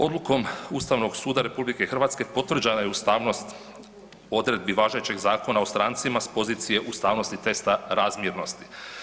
Odlukom Ustavnog suda RH potvrđena je ustavnost odredbi važećeg Zakona o strancima s pozicije ustavnosti testa razmjernosti.